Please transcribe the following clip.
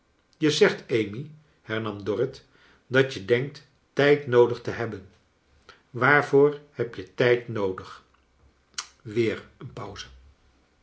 je zegt amy hernam dorrit dat je denkt tijd noodig te hebben waarvoor neb je tijd noodig weer een pauze